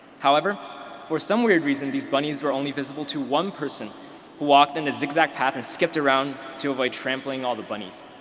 however for some weird reason these bunnies were only visible to one person who walked in a zigzag path and skipped around to avoid trampling all the bunnies.